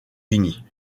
unis